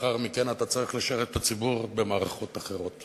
ולאחר מכן אתה צריך לשרת את הציבור במערכות אחרות.